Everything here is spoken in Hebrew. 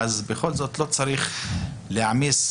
לא צריך להעמיס.